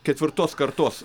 ketvirtos kartos